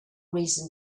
reason